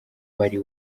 wari